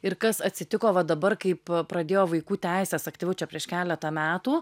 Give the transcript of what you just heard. ir kas atsitiko va dabar kaip pradėjo vaikų teisės aktyviau čia prieš keletą metų